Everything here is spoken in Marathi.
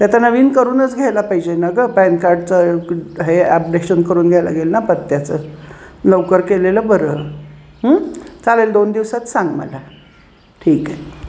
ते आता नवीन करूनच घ्यायला पाहिजे ना गं पॅन कार्डचं हे ॲपडेशन करून घ्यायला लागेल ना पत्त्याचं लवकर केलेलं बरं चालेल दोन दिवसात सांग मला ठीक आहे